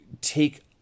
take